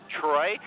Troy